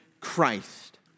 Christ